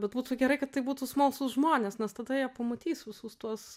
bet būtų gerai kad tai būtų smalsūs žmonės nes tada jie pamatys visus tuos